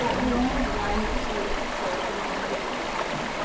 but we only have one fetus. so it's gonna only be one color.